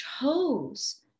chose